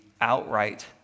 outright